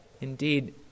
Indeed